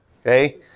Okay